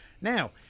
Now